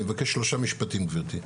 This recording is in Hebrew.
אני מבקש שלושה משפטים גברתי.